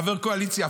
חבר קואליציה,